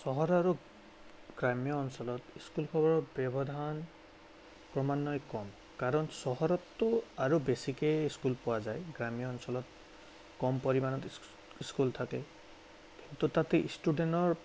চহৰ আৰু গ্ৰাম্য অঞ্চলত স্কুল সমূহৰ ব্যৱধান ক্ৰমান্ৱয়ে কম কাৰণ চহৰতটো আৰু বেছিকে স্কুল পোৱা যায় গ্ৰাম্য অঞ্চলত কম পৰিমাণত স্কুল থাকে ত' তাতে ষ্টুডেন্টৰ